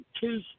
two